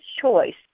choice